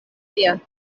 ŝia